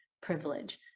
privilege